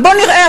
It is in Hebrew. בוא נראה,